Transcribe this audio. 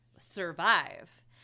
survive